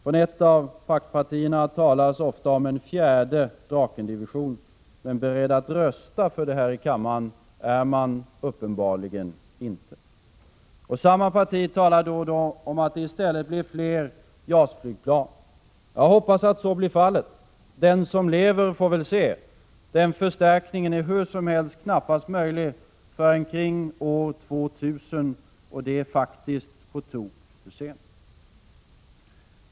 Från ett av paktpartierna talas ofta om en fjärde Drakendivision — men beredd att rösta för det här i kammaren är man inte. Samma parti talar då och då om att det i stället blir fler JAS-flygplan. Jag hoppas det blir fallet. Den som lever får väl se. Den förstärkningen är hur som helst knappast möjlig förrän kring år 2000, och det är på tok för sent.